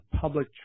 public